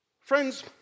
Friends